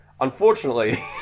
Unfortunately